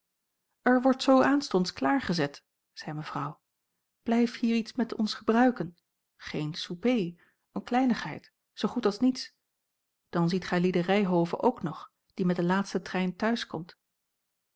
er wordt zoo aanstonds klaargezet zei mevrouw blijf hier iets met ons gebruiken geen souper eene kleinigheid zoo goed als niets dan ziet gijlieden ryhove ook nog die met den laatsten trein